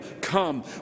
come